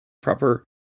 proper